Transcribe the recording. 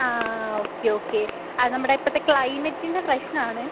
ആ okay okay അത് നമ്മുടെ ഇപ്പത്തെ ക്ലൈമറ്റിൻ്റെ പ്രശ്നമാണ്